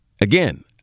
again